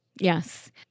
Yes